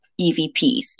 evps